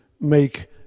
make